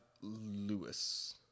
Lewis